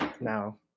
Now